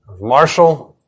Marshall